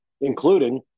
including